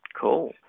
Cool